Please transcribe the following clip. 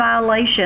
violation